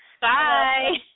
Bye